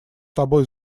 тобой